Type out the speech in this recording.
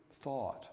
thought